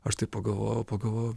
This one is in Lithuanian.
aš taip pagalvojau pagalvojau